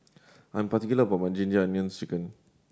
I am particular about my Ginger Onions Chicken